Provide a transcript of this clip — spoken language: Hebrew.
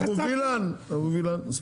אבו וילן מספיק.